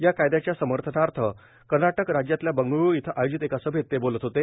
या कायदयाच्या समर्थनार्थ कर्नाटक राज्यातल्या बंगळ्रू इथं आयोजित एका सभेत ते बोलत होते